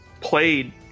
played